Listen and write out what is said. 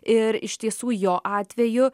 ir iš tiesų jo atveju